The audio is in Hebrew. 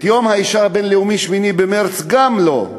את יום האישה הבין-לאומי, 8 במרס, גם לא,